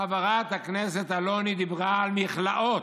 חברת הכנסת אלוני דיברה על מכלאות.